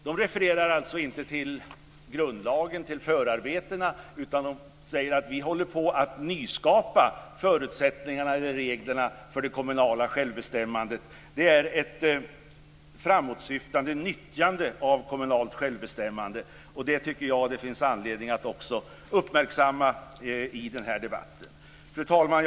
Man refererar alltså inte till förarbetena till grundlagen, utan säger att man håller på att nyskapa reglerna för det kommunala självbestämmandet och att det är ett framåtsyftande nyttjande av kommunalt självbestämmande. Detta tycker jag också att det finns anledning att uppmärksamma i den här debatten. Fru talman!